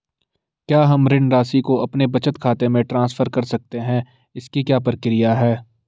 क्या हम ऋण राशि को अपने बचत खाते में ट्रांसफर कर सकते हैं इसकी क्या प्रक्रिया है?